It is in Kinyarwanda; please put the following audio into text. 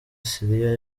syria